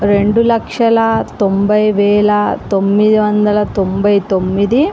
రెండు లక్షల తొంభై వేల తొమ్మిది వందల తొంభై తొమ్మిది